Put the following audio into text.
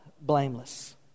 blameless